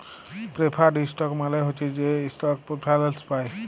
preferred stock মালে হছে সে ইস্টক প্রেফারেল্স পায়